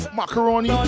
macaroni